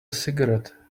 cigarette